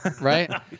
right